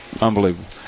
Unbelievable